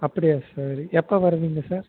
அப்படியா சரி எப்போ வருவீங்கள் சார்